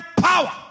power